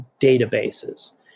databases